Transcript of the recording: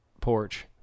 porch